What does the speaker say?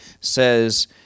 says